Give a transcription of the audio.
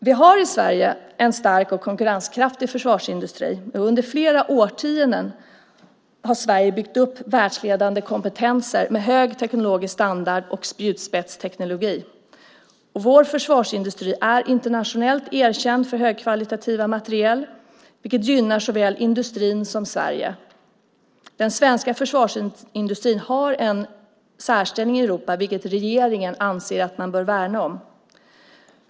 Vi har i Sverige en stark och konkurrenskraftig försvarsindustri. Under flera årtionden har Sverige byggt upp världsledande kompetenser, med hög teknologisk standard och spjutspetsteknologi. Vår försvarsindustri är internationellt erkänd för högkvalitativa materiel, vilket gynnar såväl industrin som Sverige. Den svenska försvarsindustrin har en särställning i Europa, vilket regeringen anser att man bör värna om.